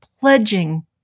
pledging